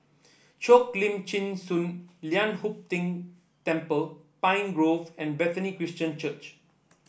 Cheo Lim Chin Sun Lian Hup Keng Temple Pine Grove and Bethany Christian Church